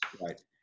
right